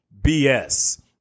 BS